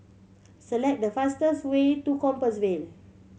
select the fastest way to Compassvale